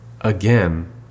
again